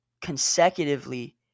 consecutively